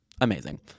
amazing